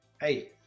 Hey